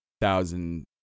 thousand